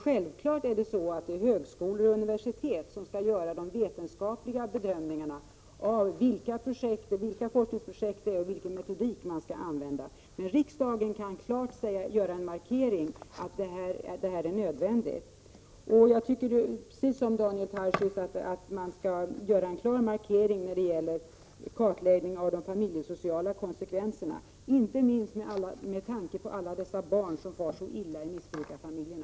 Självfallet är det högskolor och universitet som skall göra de vetenskapliga bedömningarna av vilka forskningsprojekt man skall satsa på och vilken metodik man skall använda. Men riksdagen kan göra en klar markering — att denna forskning är nödvändig. Jag tycker precis som Daniel Tarschys att man skall göra en klar markering när det gäller kartläggning av de familjesociala konsekvenserna, inte minst med tanke på alla dessa barn som far så illa i missbrukarfamiljerna.